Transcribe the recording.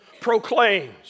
proclaims